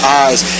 eyes